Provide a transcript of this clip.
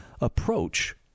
approach